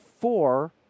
four